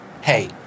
Hey